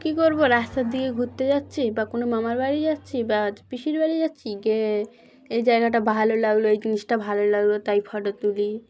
কী করবো রাস্তার দিকে ঘুরতে যাচ্ছি বা কোনো মামার বাড়ি যাচ্ছি বা পিসির বাড়ি যাচ্ছি গিয়ে এই জায়গাটা ভালো লাগলো এই জিনিসটা ভালো লাগলো তাই ফোটো তুলি